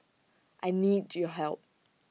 I need your help